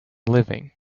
living